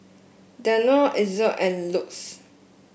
Danone Ezion and Lux